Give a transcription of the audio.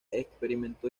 experimentó